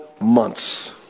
months